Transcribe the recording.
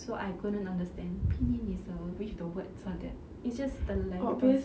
so I couldn't understand pinyin is a which the words are there it's just the letters